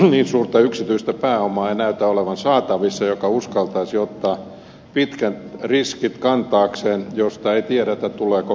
niin suurta yksityistä pääomaa ei näytä olevan saatavissa joka uskaltaisi ottaa kantaakseen pitkän riskin josta ei tiedetä tuleeko koskaan voittoa